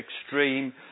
extreme